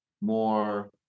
more